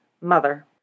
Mother